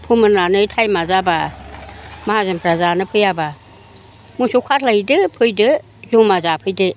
फोमोननानै टाइमआ जाबा माहाजोनफ्रा जानो फैयाबा मोसौ खास्लायहैदो फैदो जमा जाफैदो